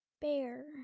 bear